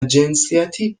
جنسیتی